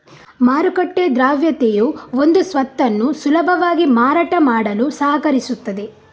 ಮಾರುಕಟ್ಟೆ ದ್ರವ್ಯತೆಯು ಒಂದು ಸ್ವತ್ತನ್ನು ಸುಲಭವಾಗಿ ಮಾರಾಟ ಮಾಡಲು ಸಹಕರಿಸುತ್ತದೆ